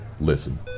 listen